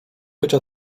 bycia